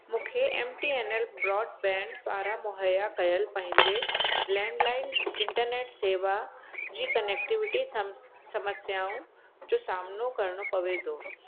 मूंखे MTNL broadband पारां मुहैया कयल पंहिंजे लैंडलाइन इंटरनेट शेवा जी कनेक्टिविटी सम समस्याउनि जो सामनो करिणो पए थो